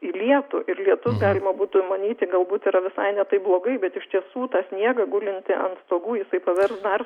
į lietų ir lietus galima būtų manyti galbūt yra visai ne taip blogai bet iš tiesų tą sniegą gulintį ant stogų jisai pavers dar